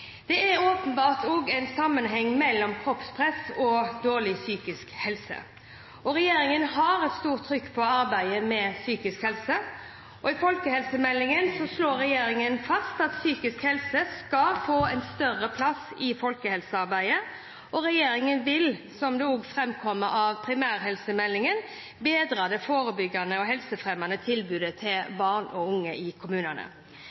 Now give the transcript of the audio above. Det er åpenbart også en sammenheng mellom kroppspress og dårlig psykisk helse, og regjeringen har et stort trykk på arbeidet med psykisk helse. I folkehelsemeldingen slår regjeringen fast at psykisk helse skal få en større plass i folkehelsearbeidet, og regjeringen vil, som det også framkommer av primærhelsemeldingen, bedre det forebyggende og helsefremmende tilbudet til barn og unge i kommunene.